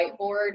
whiteboard